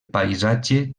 paisatge